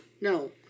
No